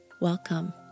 Welcome